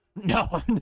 No